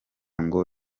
ngo